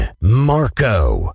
Marco